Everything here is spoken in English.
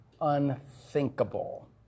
unthinkable